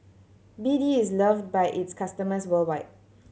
B D is loved by its customers worldwide